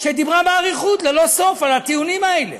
שדיברה באריכות, ללא סוף, על הטיעונים האלה.